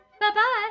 Bye-bye